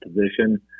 position